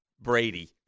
Brady